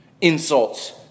insults